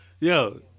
Yo